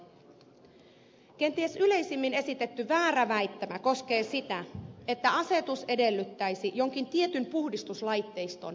kenties yleisemmin esitetty väärä väittämä koskee sitä että asetus edellyttäisi jonkin tietyn puhdistuslaitteiston asentamista